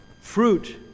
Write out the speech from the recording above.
fruit